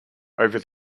over